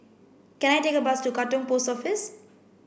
can I take a bus to Katong Post Office